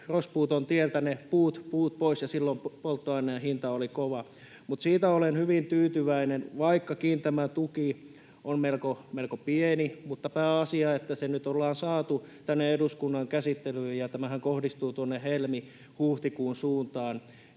rospuuton tieltä ne puut pois ja silloin polttoaineen hinta oli kova. Mutta siitä olen hyvin tyytyväinen, että vaikkakin tämä tuki on melko pieni, niin on pääasia, että se nyt ollaan saatu tänne eduskunnan käsittelyyn ja tämähän kohdistuu tuonne helmi—huhtikuun suuntaan.